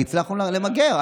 והצלחנו למגר.